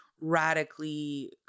radically